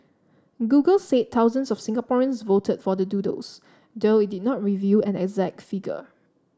Google said thousands of Singaporeans voted for the doodles though it did not reveal and exact figure